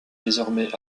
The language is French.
désormais